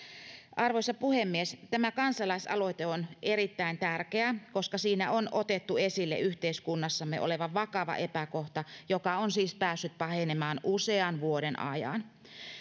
arvoisa puhemies tämä kansalaisaloite on erittäin tärkeä koska siinä on otettu esille yhteiskunnassamme oleva vakava epäkohta joka on siis päässyt pahenemaan usean vuoden ajan